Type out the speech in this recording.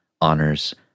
honors